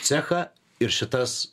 cechą ir šitas